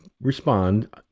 respond